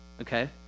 okay